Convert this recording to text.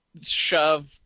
shove